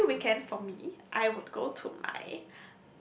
every weekend for me I would go to my